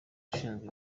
ushinzwe